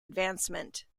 advancement